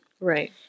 Right